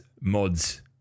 mods